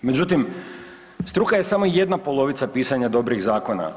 Međutim, struka je samo jedna polovica pisanja dobrih zakona.